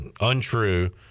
untrue